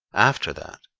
after that,